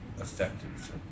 effective